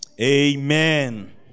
Amen